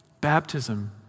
Baptism